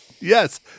Yes